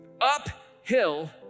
uphill